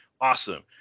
awesome